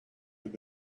have